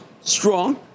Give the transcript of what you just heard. strong